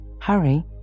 Hurry